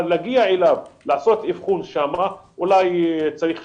אבל להגיע אליו כדי לעשות אבחון שם צריך להמתין אולי שנתיים.